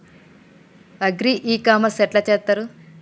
Agri e commerce ఎట్ల చేస్తరు?